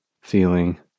feeling